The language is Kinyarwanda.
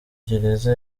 gereza